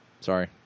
Sorry